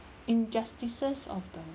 injustices of the